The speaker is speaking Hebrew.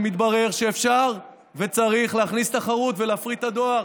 ומתברר שאפשר וצריך להכניס תחרות ולהפריט את הדואר.